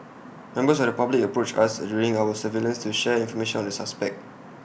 members of the public approached us during our surveillance to share information on the suspect